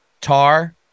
Tar